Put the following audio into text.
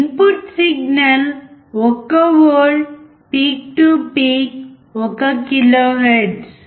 input signal 1 volt peak to peak 1 kilohertz